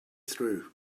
through